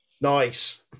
nice